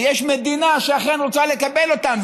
ויש מדינה שאכן רוצה לקבל אותם,